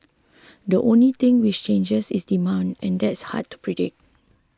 the only thing which changes is demand and that's hard to predict